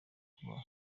kuba